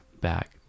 back